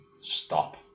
stop